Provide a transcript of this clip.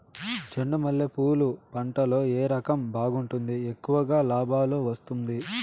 చెండు మల్లె పూలు పంట లో ఏ రకం బాగుంటుంది, ఎక్కువగా లాభాలు వస్తుంది?